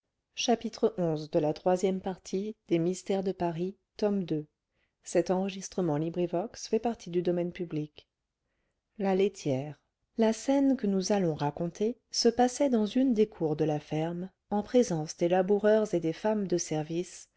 la laitière la scène que nous allons raconter se passait dans une des cours de la ferme en présence des laboureurs et des femmes de service